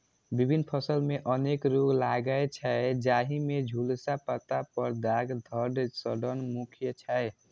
विभिन्न फसल मे अनेक रोग लागै छै, जाहि मे झुलसा, पत्ता पर दाग, धड़ सड़न मुख्य छै